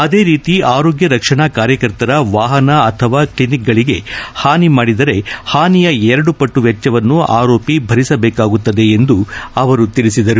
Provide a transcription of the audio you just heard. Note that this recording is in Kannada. ಅದೇ ರೀತಿ ಆರೋಗ್ಯ ರಕ್ಷಣಾ ಕಾರ್ಯಕರ್ತರ ವಾಹನ ಅಥವಾ ಕ್ಷಿನಿಕ್ಗಳಿಗೆ ಹಾನಿ ಮಾಡಿದರೆ ಹಾನಿಯ ಎರಡು ಪಟ್ಟು ವೆಚ್ಚವನ್ನು ಆರೋಪಿ ಭರಿಸಬೇಕಾಗುತ್ತದೆ ಎಂದು ಅವರು ಹೇಳಿದರು